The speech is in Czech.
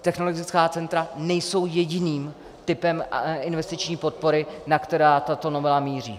Technologická centra nejsou jediným typem investiční podpory, na který tato novela míří.